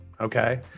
Okay